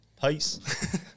peace